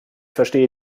verstehe